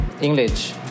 English